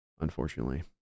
unfortunately